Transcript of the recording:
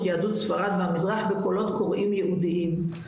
יהדות ספרד ומהמזרח ב"קולות קוראים" יהודיים,